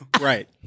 Right